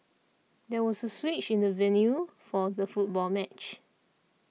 there was a switch in the venue for the football match